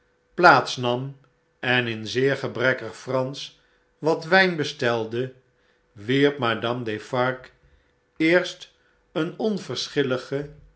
plaats nam en in zeer gebrekkig fransch wat wjjn bestelde wierp madame defarge eerst een